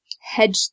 hedge